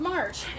March